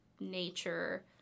nature